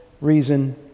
reason